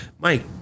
Mike